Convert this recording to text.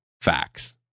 facts